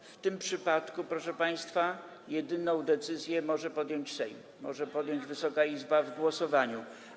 W tym przypadku, proszę państwa, jedyną decyzję może podjąć Sejm, Wysoka Izba w głosowaniu.